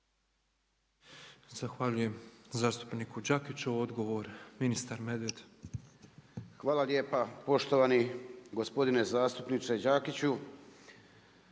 Zahvaljujem zastupniku Đakiću. Odgovor ministar Medved. **Medved, Tomo (HDZ)** Hvala lijepa poštovani gospodine zastupniče Đakiću.